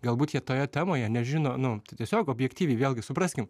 galbūt jie toje temoje nežino nu tai tiesiog objektyviai vėlgi supraskim